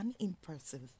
unimpressive